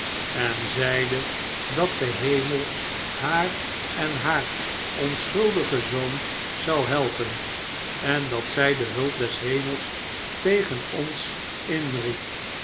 en zeide dat de hemel haar en haar onschuldigen zoon zpxt helpen en dat zij de hulp des hemels tegen ons inriep